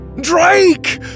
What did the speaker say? Drake